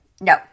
No